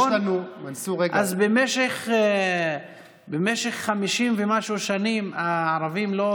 מנסור, יש לנו, אז במשך 50 ומשהו שנים הערבים לא